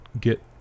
get